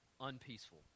unpeaceful